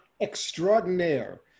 extraordinaire